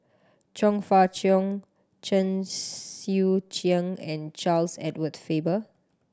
Chong Fah Cheong Chen Sucheng and Charles Edward Faber